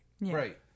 Right